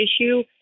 issue